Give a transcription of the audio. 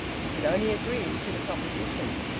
he could only agree to the proposition.